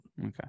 Okay